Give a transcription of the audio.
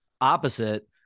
opposite